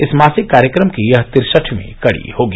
इस मासिक कार्यक्रम की यह तिरसठवीं कडी होगी